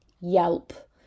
Yelp